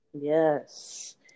Yes